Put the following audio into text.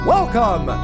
Welcome